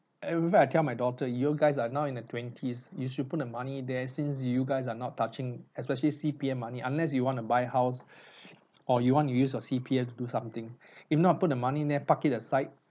I remember I tell my daughter you guys are now in the twenties you should put the money there since you guys are not touching especially C_P_F money unless you want to buy house or you want to use your C_P_F do something if not put the money in there park it aside